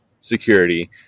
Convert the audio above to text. security